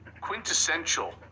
quintessential